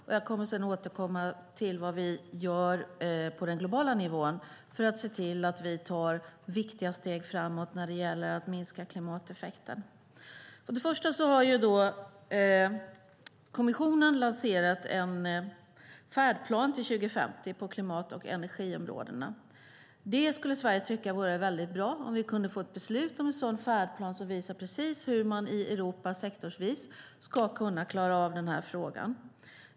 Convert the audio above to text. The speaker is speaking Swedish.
Jag kommer sedan att återkomma till vad vi gör på den globala nivån för att se till att vi tar viktiga steg framåt när det gäller att minska klimateffekten. För det första har kommissionen lanserat en färdplan till 2050 på klimat och energiområdena. Sverige skulle tycka att det vore väldigt bra om vi kunde få ett beslut om en sådan färdplan som visar precis hur man i Europa sektorsvis ska kunna klara av denna fråga.